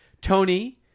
Tony